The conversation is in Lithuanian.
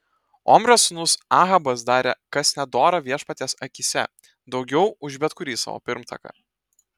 omrio sūnus ahabas darė kas nedora viešpaties akyse daugiau už bet kurį savo pirmtaką